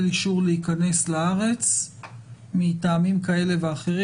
אישור להיכנס לארץ מטעמים כאלה ואחרים,